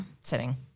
Sitting